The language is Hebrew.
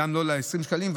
גם לא 20 שקלים,